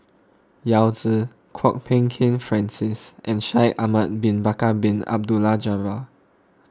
Yao Zi Kwok Peng Kin Francis and Shaikh Ahmad Bin Bakar Bin Abdullah Jabbar